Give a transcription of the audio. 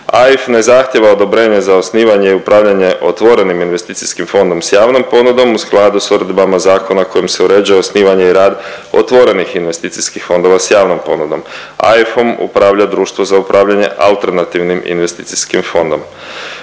AIF ne zahtjeva odobrenje za osnivanje i upravljanje otvorenim investicijskim fondom s javnom ponudom u skladu s odredbama zakona kojim se uređuje osnivanje i rad otvorenih investicijskih fondova s javnom ponudom. AIF-om upravlja društvo za upravljanje alternativnim investicijskim fondom.